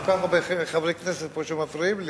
יש כל כך הרבה חברי כנסת פה שמפריעים לי,